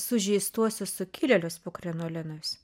sužeistuosius sukilėlius po krinolinais